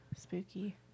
spooky